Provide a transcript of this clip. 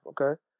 okay